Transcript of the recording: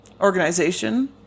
organization